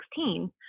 2016